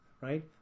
right